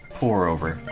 pour-over